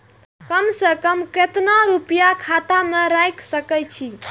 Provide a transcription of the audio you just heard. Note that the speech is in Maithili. कम से कम केतना रूपया खाता में राइख सके छी?